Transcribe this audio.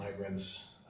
migrants